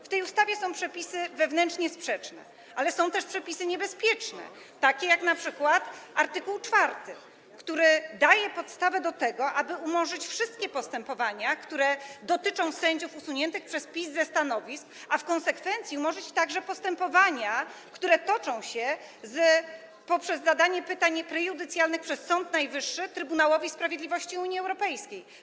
W tej ustawie są przepisy wewnętrznie sprzeczne, ale są też przepisy niebezpieczne, takie jak np. art. 4, który daje podstawy do tego, aby umorzyć wszystkie postępowania, które dotyczą sędziów usuniętych przez PiS ze stanowisk, a w konsekwencji umorzyć także postępowania, które toczą się poprzez zadanie pytań prejudycjalnych przez Sąd Najwyższy Trybunałowi Sprawiedliwości Unii Europejskiej.